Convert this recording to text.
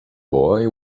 boy